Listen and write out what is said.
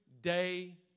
day